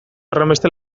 horrenbeste